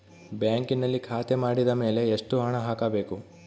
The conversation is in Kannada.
ಬ್ಯಾಂಕಿನಲ್ಲಿ ಖಾತೆ ಮಾಡಿದ ಮೇಲೆ ಎಷ್ಟು ಹಣ ಹಾಕಬೇಕು?